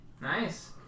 Nice